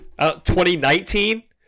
2019